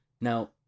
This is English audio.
Now